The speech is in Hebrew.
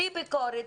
בלי ביקורת,